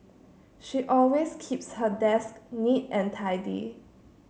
she always keeps her desk neat and tidy